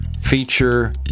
feature